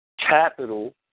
capital